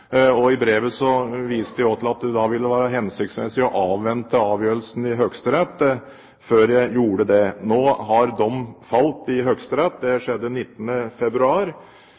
I brevet viste jeg også til at det vil være hensiktsmessig å avvente avgjørelsen i Høyesterett før jeg gjorde det. Nå har dommen falt i Høyesterett. Det skjedde 19. februar,